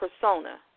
persona